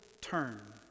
turn